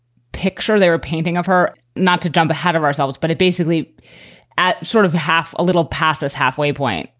picture there, a painting of her. not to jump ahead of ourselves, but it basically at sort of a half a little pass us halfway point,